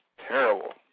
terrible